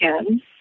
again